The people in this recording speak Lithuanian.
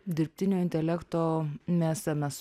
dirbtinio intelekto mėsa mes